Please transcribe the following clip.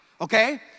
okay